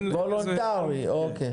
וולונטרי, אוקיי.